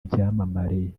byamamare